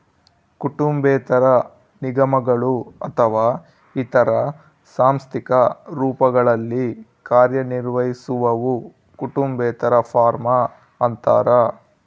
ಕುಟುಂಬೇತರ ನಿಗಮಗಳು ಅಥವಾ ಇತರ ಸಾಂಸ್ಥಿಕ ರೂಪಗಳಲ್ಲಿ ಕಾರ್ಯನಿರ್ವಹಿಸುವವು ಕುಟುಂಬೇತರ ಫಾರ್ಮ ಅಂತಾರ